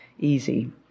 easy